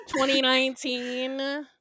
2019